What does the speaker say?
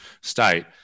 state